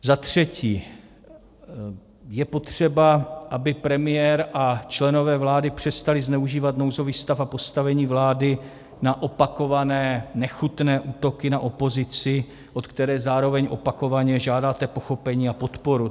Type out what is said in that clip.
Za třetí je potřeba, aby premiér a členové vlády přestali zneužívat nouzový stav a postavení vlády na opakované nechutné útoky na opozici, od které zároveň opakovaně žádáte pochopení a podporu.